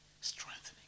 Strengthening